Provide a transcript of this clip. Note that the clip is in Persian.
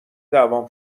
دعوام